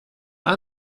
are